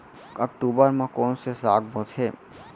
अक्टूबर मा कोन से साग बोथे?